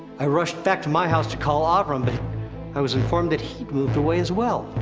i rushed back to my house to call ah avram, but i was informed that he'd moved away as well.